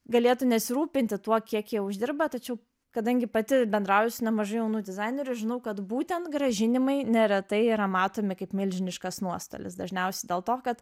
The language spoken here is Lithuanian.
galėtų nesirūpinti tuo kiek jie uždirba tačiau kadangi pati bendrauju su nemažai jaunų dizainerių žinau kad būtent grąžinimai neretai yra matomi kaip milžiniškas nuostolis dažniausiai dėl to kad